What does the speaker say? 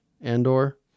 Andor